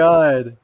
God